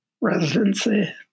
residency